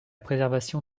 préservation